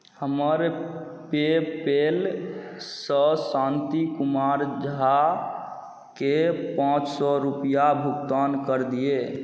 हमर पेपलसँ शान्तिकुमार झाके पाँच सए रुपैआ भुगतान कऽ दिऔ